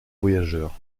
voyageur